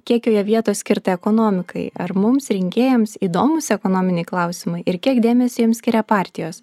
kiek joje vietos skirta ekonomikai ar mums rinkėjams įdomūs ekonominiai klausimai ir kiek dėmesio jiems skiria partijos